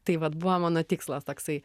tai vat buvo mano tikslas toksai